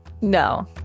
No